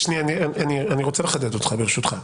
אני רוצה לחדד אותך, ברשותך.